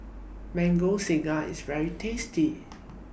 Mango Sago IS very tasty